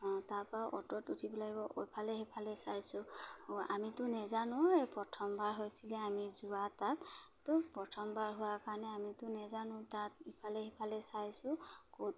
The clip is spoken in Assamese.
অঁ তাৰাপা অ'টত উঠিব লাগিব ইফালে সিফালে চাইছোঁ অঁ আমিতো নেজানো এই প্ৰথমবাৰ হৈছিলে আমি যোৱা তাত তো প্ৰথমবাৰ হোৱাৰ কাৰণে আমিতো নেজানো তাত ইফালে সিফালে চাইছোঁ অ'ত